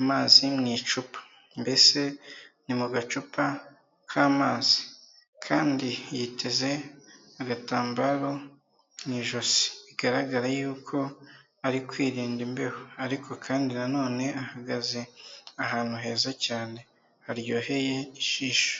amazi mu icupa mbese ni mu gacupa kamazi, kandi yiteze agatambaro mu ijosi bigaragara yuko ari kwirinda imbeho ariko kandi na none ahagaze ahantu heza cyane haryoheye ijisho.